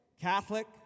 Catholic